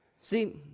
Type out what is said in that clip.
See